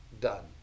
done